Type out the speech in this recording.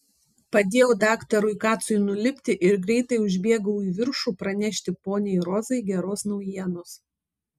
padėjau daktarui kacui nulipti ir greitai užbėgau į viršų pranešti poniai rozai geros naujienos